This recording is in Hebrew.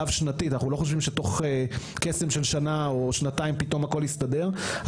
רב שנתית; אנחנו לא חושבים שתוך קסם של שנה או שנתיים הכל יסתדר פתאום,